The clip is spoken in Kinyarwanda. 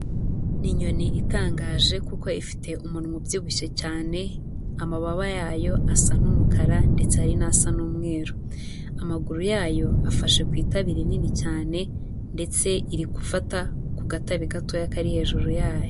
Ni inyoni itangaje kuko ifite umunwa ubyibushye cyane amababa yayo asa n'umukara ndetse hari nasa n'umweru. Amaguru yayo afashe ku itabi rinini cyane ndetse iri gufata ku gatabi gatoya kari hejuru yayo.